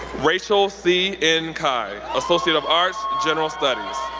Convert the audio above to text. rachael c. n. khai, associate of arts, general studies.